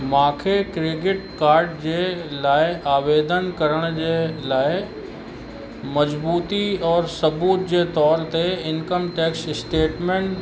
मूंखे credit card जे लाइ आवेदन करण जे लाइ मजबूती और सबूत जे तौर ते इनकम टैक्स स्टैटमेंट